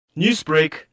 Newsbreak